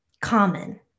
Common